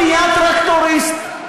לא, זה, הוא נהיה טרקטוריסט.